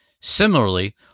Similarly